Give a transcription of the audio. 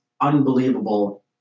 unbelievable